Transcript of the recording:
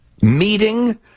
Meeting